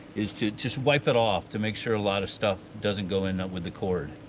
is to just wipe it off to make sure a lot of stuff doesn't go. end up with the cord.